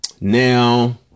now